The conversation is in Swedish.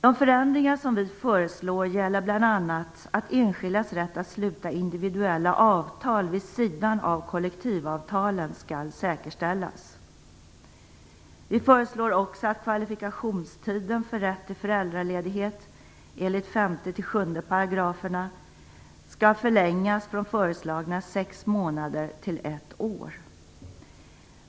De förändringar som vi föreslår gäller bl.a. att enskildas rätt att sluta individuella avtal vid sidan av kollektivavtalen skall säkerställas. Vi föreslår också att kvalifikationstiden för rätt till föräldraledighet enligt 5-7 §§ skall förlängas från föreslagna sex månader till ett år.